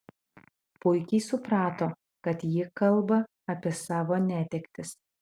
puikiai suprato kad ji kalba apie savo netektis